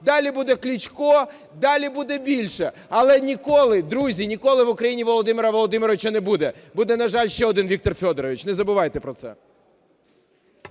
Далі буде Кличко. Далі буде більше. Але ніколи, друзі, ніколи в Україні Володимира Володимировича не буде. Буде, на жаль, ще один Віктор Федорович – не забувайте про це.